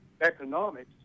economics